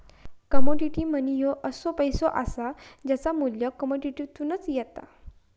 commodity money ह्यो असो पैसो असा ज्याचा मू्ल्य कमोडिटीतसून येता